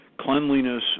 cleanliness